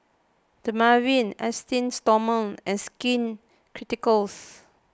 Dermaveen Esteem Stoma and Skin Ceuticals